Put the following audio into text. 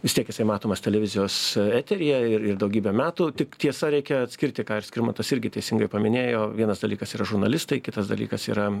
vis tiek jisai matomas televizijos eteryje ir ir daugybę metų tik tiesa reikia atskirti ką ir skirmantas irgi teisingai paminėjo vienas dalykas yra žurnalistai kitas dalykas yra